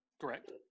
Correct